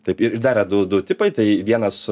taip ir dar yra du du tipai tai vienas